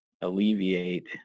alleviate